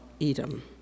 Edom